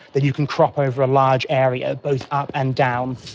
then you can crop over a large area, both up and down,